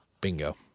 Bingo